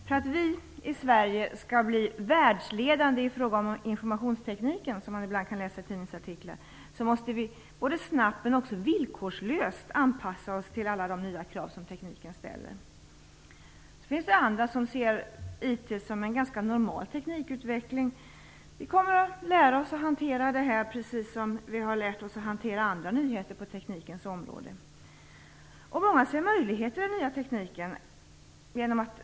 För att vi i Sverige skall bli världsledande i fråga om informationstekniken, som man ibland kan läsa i tidningsartiklar att vi skall bli, måste vi snabbt men också villkorslöst anpassa oss till alla de nya krav tekniken ställer. Det finns också andra, som ser IT som en ganska normal teknikutveckling. Vi kommer att lära oss att hantera detta, precis som vi har lärt oss att hantera andra nyheter på teknikens område, tänker de. Många ser möjligheter med den nya tekniken.